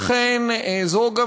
לכן זו גם